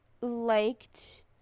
liked